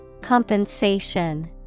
Compensation